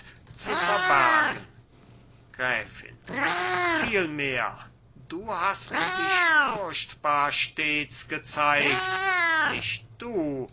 zu verbergen gräfin vielmehr du hast dich furchtbar stets gezeigt nicht du